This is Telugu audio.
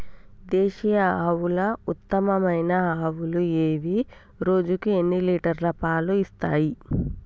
దేశీయ ఆవుల ఉత్తమమైన ఆవులు ఏవి? రోజుకు ఎన్ని లీటర్ల పాలు ఇస్తాయి?